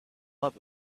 love